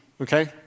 okay